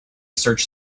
search